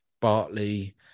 Bartley